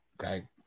Okay